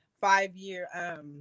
five-year